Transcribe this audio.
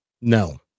No